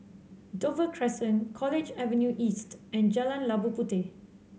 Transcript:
Dover Crescent College Avenue East and Jalan Labu Puteh